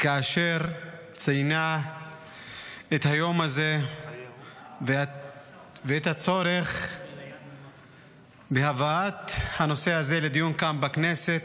כאשר ציינה את היום הזה ואת הצורך בהבאת הנושא הזה לדיון כאן בכנסת.